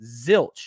zilch